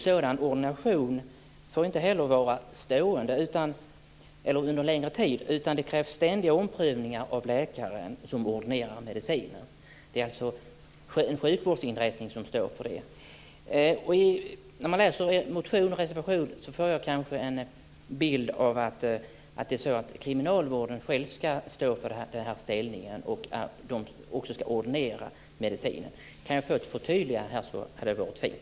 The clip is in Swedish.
Sådan ordination får heller inte vara under en längre tid, utan det krävs ständigt omprövningar av den läkare som ordinerar medicinen. Det är alltså en sjukvårdsinrättning som står för det. När jag läser motionen och reservationen får jag nog en bild av att kriminalvården själv ska stå för det här ställningstagandet och också ordinera medicin. Om jag kunde få ett förtydligande på den punkten vore det fint.